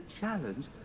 challenge